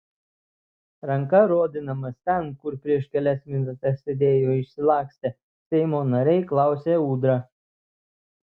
ranka rodydamas ten kur prieš kelias minutes sėdėjo išsilakstę seimo nariai klausė ūdra